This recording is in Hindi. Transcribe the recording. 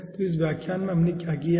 तो इस व्याख्यान में हमने क्या किया है